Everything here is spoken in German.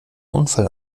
unfall